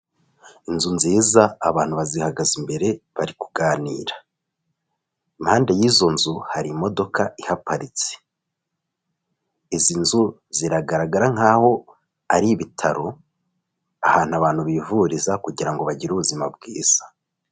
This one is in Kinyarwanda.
Inzu nziza abantu bazihagaze imbere bari kuganira, impande y'izo nzu hari imodoka ihaparitse. Izi nzu ziragaragara nk'aho ari ibitaro ahantu abantu bivuriza kugirango bagire ubuzima bwiza.